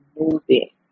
movie